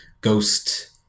ghost